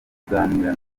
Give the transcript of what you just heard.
kuganira